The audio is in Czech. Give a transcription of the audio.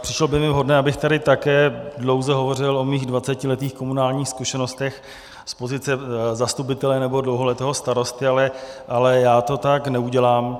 Přišlo by mi vhodné, abych tady také dlouze hovořil o svých dvacetiletých komunálních zkušenostech z pozice zastupitele nebo dlouholetého starosty, ale já to tak neudělám.